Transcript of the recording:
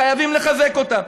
חייבים לחזק אותם.